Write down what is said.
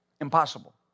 impossible